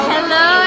Hello